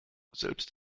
selbst